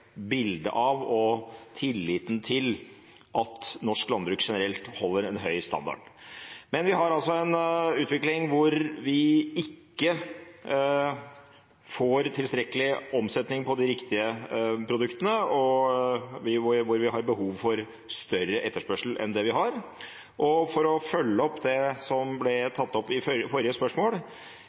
av og tilliten til at norsk landbruk generelt holder en høy standard. Men vi har altså en utvikling hvor vi ikke får tilstrekkelig omsetning av de riktige produktene, og hvor vi har behov for større etterspørsel enn det vi har. For å følge opp det som ble tatt opp i forrige spørsmål: